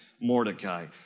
Mordecai